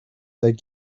that